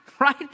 right